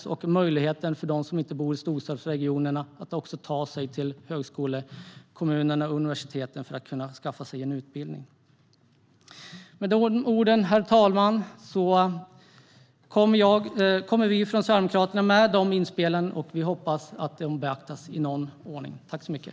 Och det ska finnas möjligheter för de som inte bor i storstadsregionerna att ta sig till högskole och universitetskommunerna för att skaffa sig en utbildning. Herr talman! Med dessa ord har vi från Sverigedemokraterna gett våra inspel, och vi hoppas att de beaktas på något sätt.